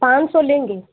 पाँच सौ लेंगे